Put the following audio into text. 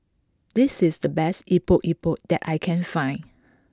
this is the best Epok Epok that I can find